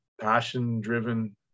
passion-driven